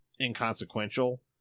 inconsequential